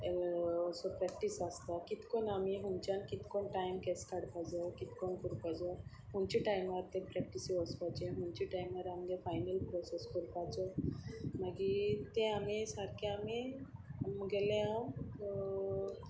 असो प्रॅक्टीस आसता कितें करून आमी खंयच्यान कितें करून टायम कसो काडपाक जाय कितें कोन करपाक जाय खंयच्या टायमार ते प्रॅक्टीसे वचपाचें खंयच्या टायमार आमचे फायनल प्रोसेस करपाचो मागीर ते आमी सारकें आमी मुगेलें हांव